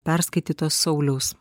perskaitytos sauliaus